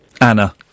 Anna